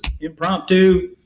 impromptu